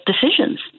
decisions